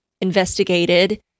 investigated